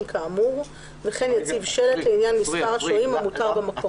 כאמור וכן יציב שלט לעניין מספר השוהים המותר במקום,